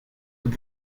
with